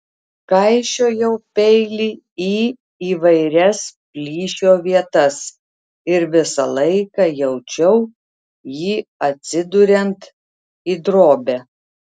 kaišiojau peilį į įvairias plyšio vietas ir visą laiką jaučiau jį atsiduriant į drobę